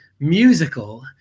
musical